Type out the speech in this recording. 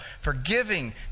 forgiving